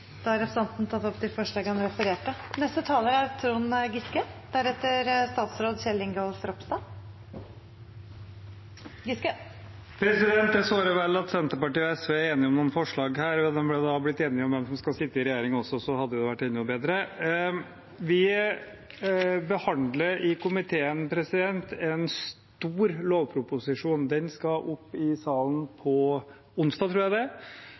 han refererte til. Det er såre vel at Senterpartiet og SV er enige om noen forslag her. Hadde de også blitt enige om hvem som skal sitte i regjering, hadde det vært enda bedre. Vi behandler i komiteen en stor lovproposisjon. Den skal opp i salen på onsdag – tror jeg det